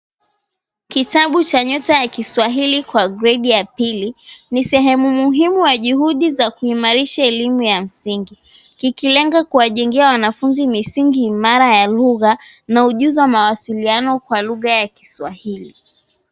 Kitabu cha Nyota ya Kiswahili kwa gredi ya pili ni sehemu muhimu wa kuimarisha elimu ya msingi kikilenga kuwajengea wanafunzi misingi imara ya lugha na ujuzi wa mawasiliano kwa lugha ya Kiswahili.